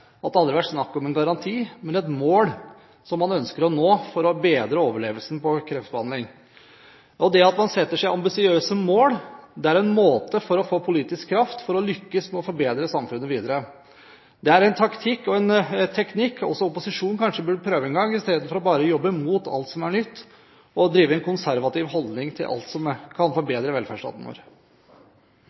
at det aldri har vært snakk om en garanti, men om et mål som man ønsker å nå for å bedre overlevelsen etter kreftbehandling. Det at man setter seg ambisiøse mål, er en måte å få politisk kraft på til å lykkes med å forbedre samfunnet videre. Det er en taktikk og en teknikk, og som opposisjonen kanskje burde prøve en gang, istedenfor bare å jobbe mot alt som er nytt, og med en konservativ holdning til alt som kan forbedre velferdsstaten vår.